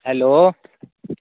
hello